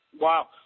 Wow